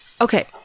Okay